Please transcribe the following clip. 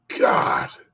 God